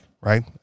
right